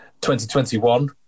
2021